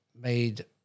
made